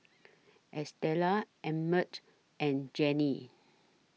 Estela Emmet and Jenni